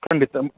ಖಂಡಿತ